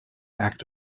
act